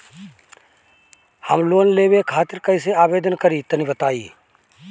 हम लोन लेवे खातिर कइसे आवेदन करी तनि बताईं?